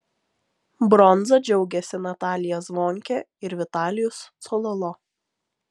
bronza džiaugėsi natalija zvonkė ir vitalijus cololo